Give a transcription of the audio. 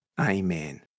Amen